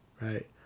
right